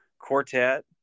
quartet